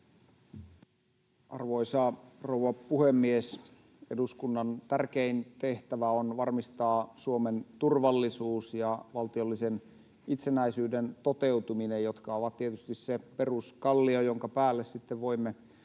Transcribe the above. Arvoisa rouva puhemies! Eduskunnan tärkein tehtävä on varmistaa Suomen turvallisuus ja valtiollisen itsenäisyyden toteutuminen, jotka ovat tietysti se peruskallio, jonka päälle sitten